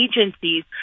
agencies